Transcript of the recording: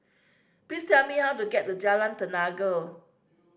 please tell me how to get to Jalan Tenaga